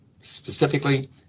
specifically